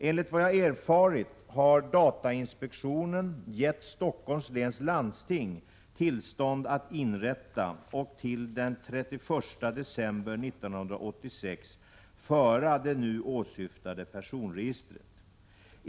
Enligt vad jag erfarit har datainspektionen gett Stockholms läns landsting tillstånd att inrätta och till den 31 december 1986 föra det nu åsyftade personregistret.